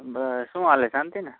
બસ શું ચાલે શાંતિ ને